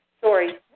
Sorry